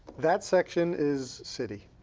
that section is city.